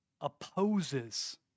opposes